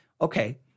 okay